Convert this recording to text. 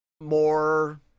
more